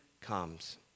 comes